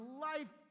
life